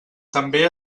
també